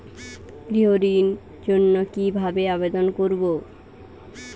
গৃহ ঋণ জন্য কি ভাবে আবেদন করব?